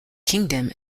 kingdom